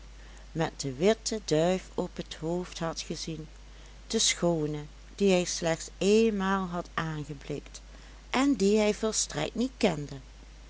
met de witte duif op het hoofd had gezien de schoone die hij slechts eenmaal had aangeblikt en die hij volstrekt niet kende